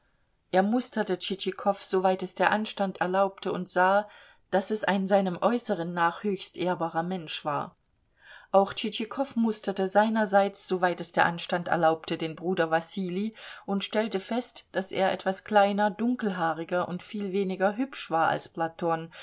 er musterte tschitschikow soweit es der anstand erlaubte und sah daß es ein seinem äußeren nach höchst ehrbarer mensch war auch tschitschikow musterte seinerseits soweit es der anstand erlaubte den bruder wassilij und stellte fest daß er etwas kleiner dunkelhaariger und viel weniger hübsch war als platon